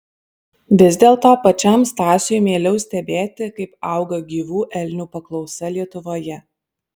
vis dėlto pačiam stasiui mieliau stebėti kaip auga gyvų elnių paklausa lietuvoje